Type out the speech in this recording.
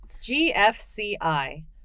GFCI